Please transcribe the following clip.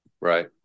Right